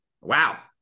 Wow